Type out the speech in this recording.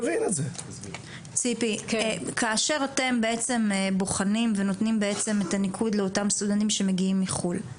כאשר אתם נותנים את הניקוד לאותם סטודנטים שמגיעים מחו"ל,